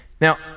Now